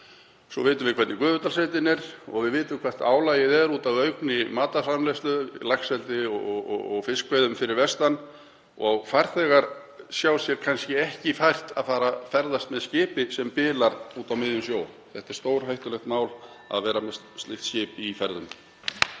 Við vitum hvernig Gufudalssveitin er og við vitum hvert álagið er út af aukinni matarframleiðslu, laxeldi og fiskveiðum fyrir vestan og farþegar sjá sér kannski ekki fært að fara að ferðast með skipi sem bilar úti á miðjum sjó. Það er stórhættulegt mál að vera með slíkt skip í ferðum.